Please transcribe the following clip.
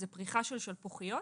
פריחה של שלפוחיות